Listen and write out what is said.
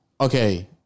Okay